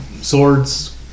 swords